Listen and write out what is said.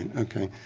okay.